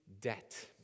debt